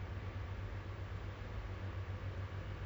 this job requires you to do this this this